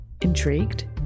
Intrigued